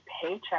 paycheck